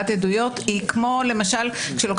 זה משהו מאוד תקדימי שאומרים